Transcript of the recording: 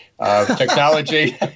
Technology